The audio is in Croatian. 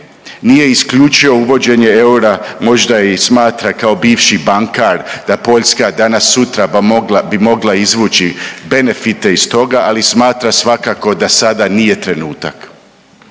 Nije isključio uvođenje eura možda i smatra kao bivši bankar da Poljska danas sutra bi mogla izvući benefite iz toga, ali smatra svakako da sada nije trenutak.